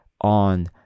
on